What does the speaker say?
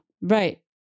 right